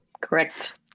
correct